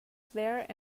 there